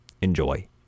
Enjoy